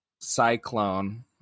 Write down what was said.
Cyclone